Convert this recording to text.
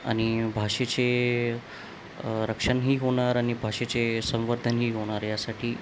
आणि भाषेचे रक्षणही होणार आणि भाषेचे संवर्धनही होणार यासाठी